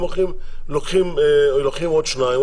הם לוקחים עוד שניים,